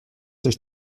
sich